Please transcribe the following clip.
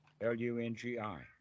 L-U-N-G-I